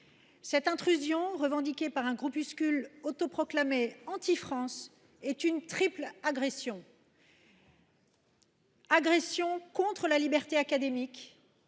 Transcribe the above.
Cette intrusion, revendiquée par un groupuscule autoproclamé anti-France, est une triple agression. agression contre la liberté académique,